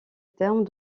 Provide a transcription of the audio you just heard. termes